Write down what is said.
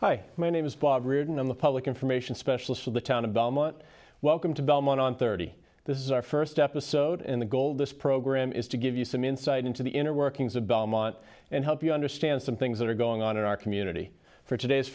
hi my name is bob reardon on the public information specialist for the town of belmont welcome to belmont on thirty this is our first episode and the goal of this program is to give you some insight into the inner workings of belmont and help you understand some things that are going on in our community for today's